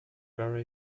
very